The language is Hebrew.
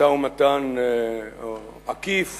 משא-ומתן עקיף